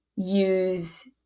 use